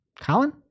Colin